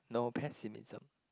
no pessimism